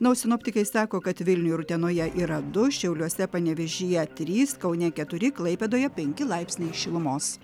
na o sinoptikai sako kad vilniuj ir utenoje yra du šiauliuose panevėžyje trys kaune keturi klaipėdoje penki laipsniai šilumos